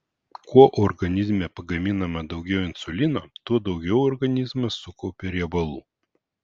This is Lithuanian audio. kuo organizme pagaminama daugiau insulino tuo daugiau organizmas sukaupia riebalų